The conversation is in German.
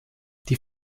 die